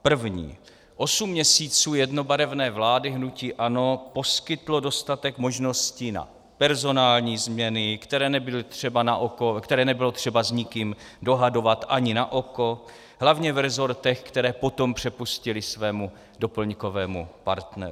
První osm měsíců jednobarevné vlády hnutí ANO poskytlo dostatek možností na personální změny, které nebylo třeba s nikým dohadovat ani na oko, hlavně v resortech, které potom přepustili svému doplňkovému partneru.